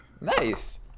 Nice